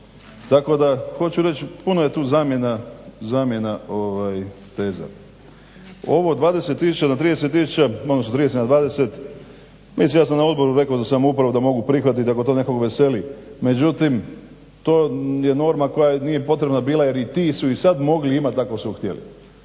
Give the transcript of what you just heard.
reći puno je tu zamjena teza. Ovo 20000 do 30000, odnosno 30 na 20, mislim ja sam na odboru rekao za samoupravu da mogu prihvatit ako to nekog veseli, međutim to je norma koja nije potrebna bila jer ti su i sad mogli imat ako su htjeli,